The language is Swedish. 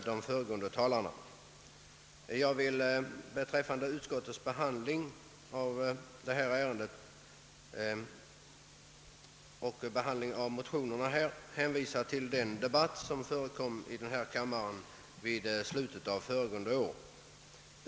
De föregående talarna har redogjort för de båda vid punkten avgivna reservationerna. Beträffande behandlingen av tidigare motioner i samma ämne hänvisar jag till den debatt som fördes i denna kammare i slutet av föregående år.